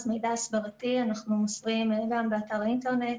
מידע הסברתי אנחנו מוסרים גם באתר האינטרנט,